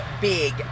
big